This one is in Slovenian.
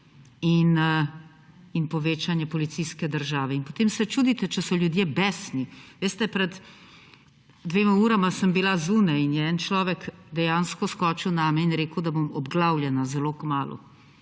in povečanje policijske države. Potem se čudite, če so ljudje besni. Veste, pred dvema urama sem bila zunaj in je en človek dejansko skočil name in rekel, da bom obglavljena zelo kmalu.